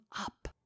up